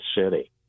city